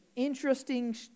Interesting